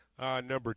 Number